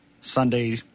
Sunday